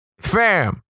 Fam